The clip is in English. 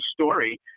story